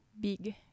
big